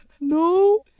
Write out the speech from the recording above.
No